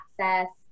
access